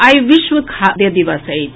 आइ विश्व खाद्य दिवस अछि